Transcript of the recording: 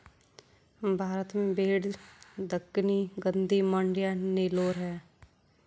भारत में भेड़ दक्कनी, गद्दी, मांड्या, नेलोर है